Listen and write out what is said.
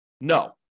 No